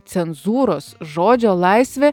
cenzūros žodžio laisvė